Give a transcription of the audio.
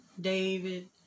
david